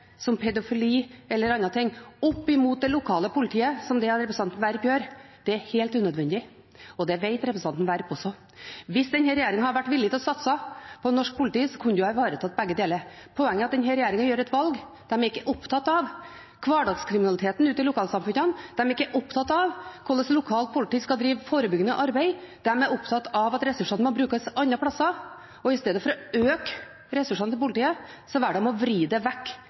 som pedofili eller andre ting opp imot det lokale politiet, som er det representanten Werp gjør, er helt unødvendig, og det vet representanten Werp også. Hvis denne regjeringen hadde vært villig til å satse på norsk politi, kunne en ha ivaretatt begge deler. Poenget er at denne regjeringen gjør et valg. De er ikke opptatt av hverdagskriminaliteten ute i lokalsamfunnene, de er ikke opptatt av hvordan lokalt politi skal drive forebyggende arbeid. De er opptatt av at ressursene må brukes andre plasser. Istedenfor å øke ressursene til politiet velger de å vri det vekk